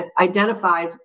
identifies